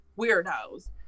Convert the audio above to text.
weirdos